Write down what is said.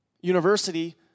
University